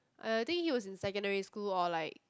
uh I think he was in secondary school or like